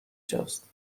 جاست